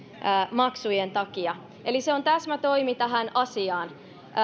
maksujen takia eli se on täsmätoimi tähän asiaan